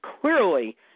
clearly